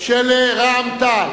של רע"ם-תע"ל.